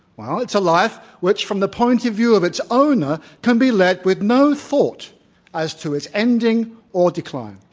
well, it's a life which, from the point of view of its owner, can be led with no thought as to its ending or decline.